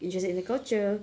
interested in the culture